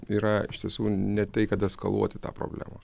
yra iš tiesų ne tai kad eskaluoti tą problemą